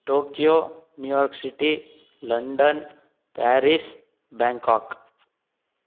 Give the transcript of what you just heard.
Tokyo New York City London Paris Bangkok